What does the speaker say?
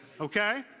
Okay